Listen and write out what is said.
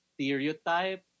stereotype